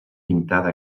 pintada